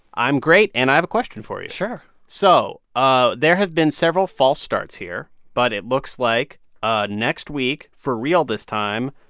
i'm great. and i have a question for you sure so ah there have been several false starts here, but it looks like ah next week, for real this time,